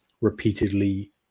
repeatedly